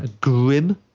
Grim